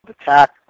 attack